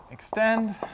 Extend